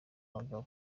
bagabo